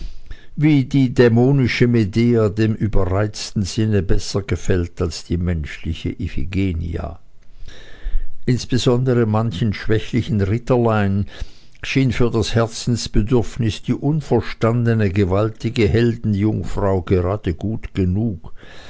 wie die dämonische medea dem überreizten sinne besser gefällt als die menschliche iphigenia insbesondere manchem schwächlichen ritterlein schien für das herzensbedürfnis die unverstandene gewaltige heldenjungfrau gerade gut genug